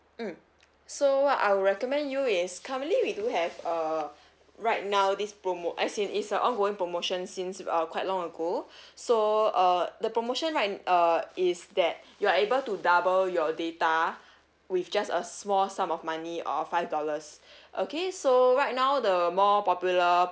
mm so I'll recommend you is currently we do have uh right now this promo as in it's a ongoing promotion since uh quite long ago so uh the promotion right uh is that you are able to double your data with just a small sum of money of five dollars okay so right now the more popular